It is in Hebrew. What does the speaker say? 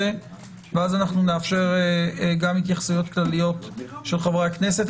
נאפשר התייחסויות כלליות של חברי הכנסת.